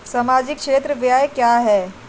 सामाजिक क्षेत्र व्यय क्या है?